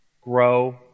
Grow